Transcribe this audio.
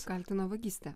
kaltina vagyste